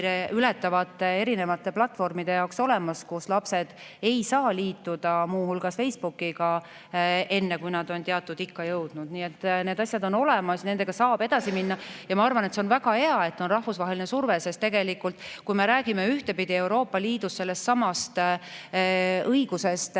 ületavate platvormide jaoks olemas. Näiteks ei saa lapsed liituda muu hulgas Facebookiga enne, kui nad on teatud ikka jõudnud. Need asjad on olemas, nendega saab edasi minna. Ma arvan, et see on väga hea, et on rahvusvaheline surve, sest kui me räägime ühtpidi Euroopa Liidus sellest, et